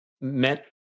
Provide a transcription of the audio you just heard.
met